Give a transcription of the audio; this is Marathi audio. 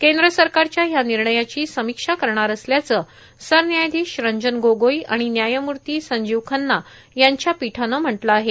केंद्र सरकारच्या या निर्णयाची समीक्षा करणार असल्याचं सरन्यायाधीश रंजन गोगोई आणि न्यायमूर्ती संजीव खन्ना यांच्या पीठानं म्हटलं आहे